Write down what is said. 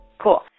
Cool